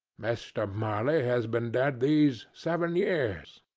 mr. marley has been dead these seven years,